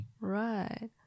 right